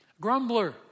Grumbler